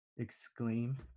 Exclaim